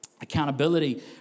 accountability